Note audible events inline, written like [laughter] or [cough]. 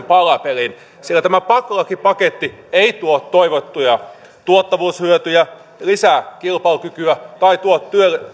[unintelligible] palapelin sillä tämä pakkolakipaketti ei tuo toivottuja tuottavuushyötyjä lisää kilpailukykyä tai tuo